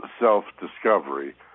self-discovery